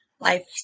life